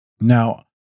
Now